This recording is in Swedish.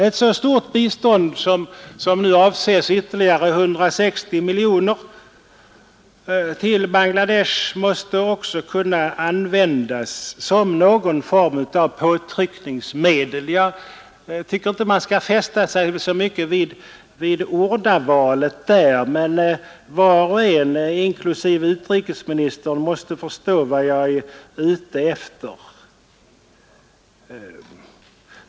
Ett så stort bistånd som nu avses, ytterligare 160 miljoner, till Bangladesh måste också kunna användas som någon form av påtryckningsmedel. Jag tycker inte man skall fästa sig så mycket vid ordvalet här: var och en inklusive utrikesministern måste förstå vad jag är ute efter.